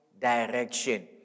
direction